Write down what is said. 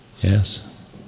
Yes